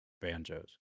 banjos